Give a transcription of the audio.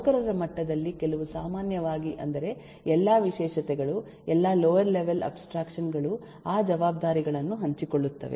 ನೌಕರರ ಮಟ್ಟದಲ್ಲಿ ಕೆಲವು ಸಾಮಾನ್ಯವಾಗಿ ಅಂದರೆ ಎಲ್ಲಾ ವಿಶೇಷತೆಗಳು ಎಲ್ಲಾ ಲೋಯರ್ ಲೆವೆಲ್ ಅಬ್ಸ್ಟ್ರಾಕ್ಷನ್ ಗಳು ಆ ಜವಾಬ್ದಾರಿಗಳನ್ನು ಹಂಚಿಕೊಳ್ಳುತ್ತವೆ